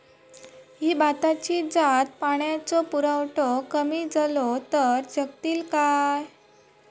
ही भाताची जात पाण्याचो पुरवठो कमी जलो तर जगतली काय?